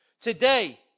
today